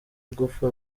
igufa